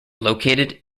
located